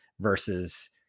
versus